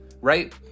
right